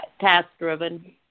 task-driven